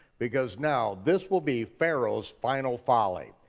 because now this will be pharaoh's final folly.